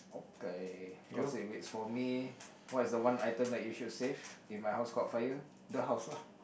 K cause if it's for me what is the one item that you should save if my house caught fire the house lah